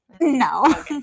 No